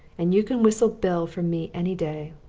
and you can whistle bill from me any day.